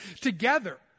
together